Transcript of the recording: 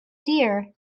deer